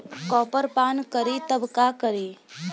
Copper पान करी तब का करी?